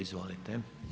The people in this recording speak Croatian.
Izvolite.